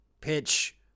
pitch